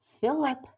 Philip